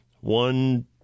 one